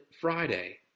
Friday